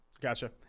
Gotcha